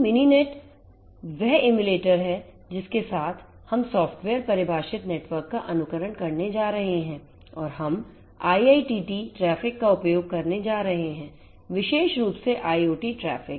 तो मिनीनेट वह एमुलेटर है जिसके साथ हम इस सॉफ्टवेयर परिभाषित नेटवर्क का अनुकरण करने जा रहे हैं और हम IITT ट्रैफिक का उपयोग करने जा रहे हैं विशेष रूप से IoT ट्रैफ़िक